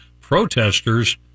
protesters